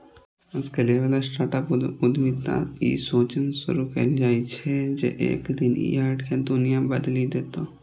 scalable startup उद्यमिता ई सोचसं शुरू कैल जाइ छै, जे एक दिन ई आइडिया दुनिया बदलि देतै